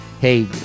hey